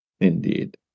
Indeed